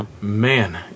Man